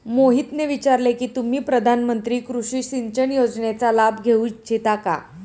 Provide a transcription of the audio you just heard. मोहितने विचारले की तुम्ही प्रधानमंत्री कृषि सिंचन योजनेचा लाभ घेऊ इच्छिता का?